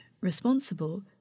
responsible